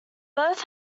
both